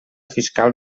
fiscal